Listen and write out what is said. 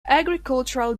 agricultural